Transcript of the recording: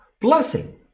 Blessing